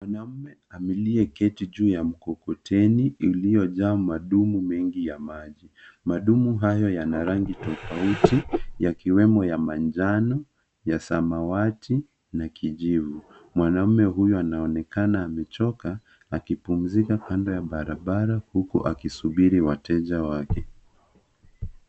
Mwaaume aliyeketi juu ya mkokoteni ulioja madumu mengi ya maji. Madumu hayo yana rangi tofauti yakiwemo ya manjano, ya samawati na kijivu. Mwanaume huyo anaonekana amechoka akipumzika kando ya barabara huku akisubiri wateja wake.